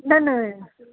न न